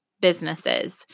businesses